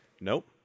nope